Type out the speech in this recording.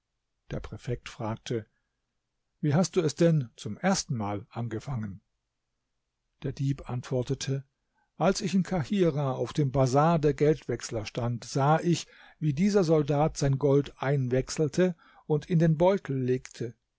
der präfekt fragte wie hast du es denn zum erstenmal angefangen der dieb antwortete als ich in kahirah auf dem bazar der geldwechsler stand sah ich wie dieser soldat sein gold einwechselte und in den beutel legte